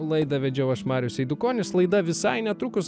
laidą vedžiau aš marius eidukonis laida visai netrukus